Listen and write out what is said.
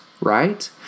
right